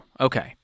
Okay